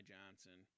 Johnson